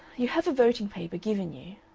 you have a voting paper given you